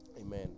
Amen